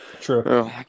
True